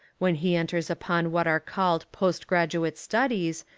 when he enters upon what are called post-graduate studies,